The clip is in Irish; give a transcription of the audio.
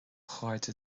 chairde